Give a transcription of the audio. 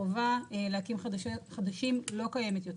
החובה להקים חדשים לא קיימת יותר,